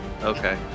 Okay